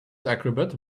acrobat